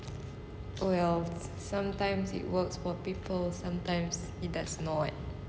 oh well sometimes it works for people sometimes it does not